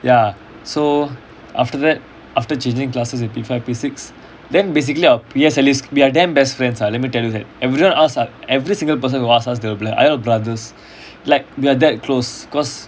ya so after that after changing classes in P five P six then basically our P_S_L_E we are damn best friends ah let me tell you that everyone ask every single person who ask us they will be like are you all brothers like we are that close cause